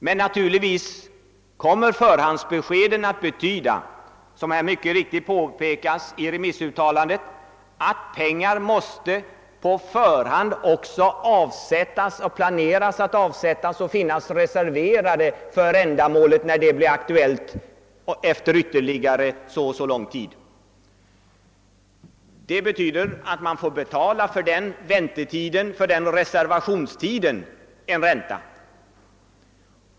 Men naturligtvis kommer förhandsbeskeden att betyda, såsom här mycket riktigt påpekats i remissuttalandet, att pengar på förhand måste avsättas, vara planerade att avsättas, finnas reserverade för ändamålet, när det blir aktuellt efter ytterligare så eller så lång tid. Det betyder att låntagaren får betala en ränta för den väntetiden, för den reservationstiden.